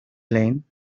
lane